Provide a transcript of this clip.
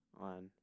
on